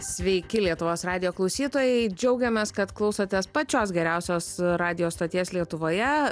sveiki lietuvos radijo klausytojai džiaugiamės kad klausotės pačios geriausios radijo stoties lietuvoje